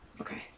Okay